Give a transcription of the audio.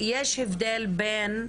יש הבדל בין